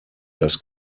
dass